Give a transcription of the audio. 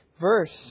verse